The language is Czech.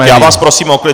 Já vás prosím o klid.